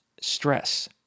stress